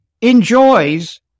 enjoys